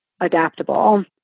adaptable